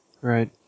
Right